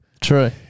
true